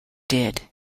did